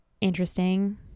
interesting